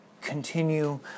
continue